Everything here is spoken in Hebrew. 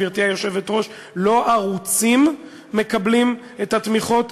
גברתי היושבת-ראש: לא הערוצים מקבלים את התמיכות,